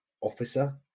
officer